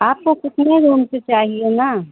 आपको कितने रूम से चाहिए न